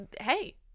hey